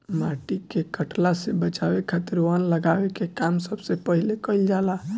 माटी के कटला से बचावे खातिर वन लगावे के काम सबसे पहिले कईल जाला